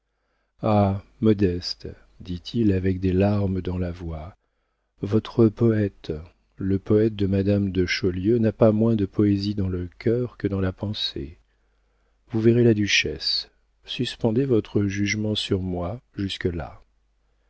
ah modeste dit-il avec des larmes dans la voix votre poëte le poëte de madame de chaulieu n'a pas moins de poésie dans le cœur que dans la pensée vous verrez la duchesse suspendez votre jugement sur moi jusque-là